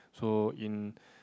so in